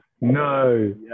No